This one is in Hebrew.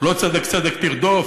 לא "צדק צדק תרדוף",